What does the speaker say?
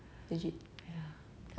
the whole drama